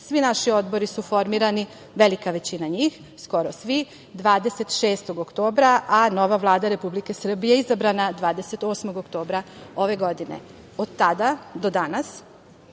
Svi naši odbori su formirani, velika većina njih, skoro svi, 26. oktobra, a nova Vlada Republike Srbije je izabrana 28. oktobra ove godine. Od tada do danas